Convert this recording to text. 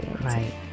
Right